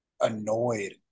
annoyed